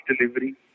delivery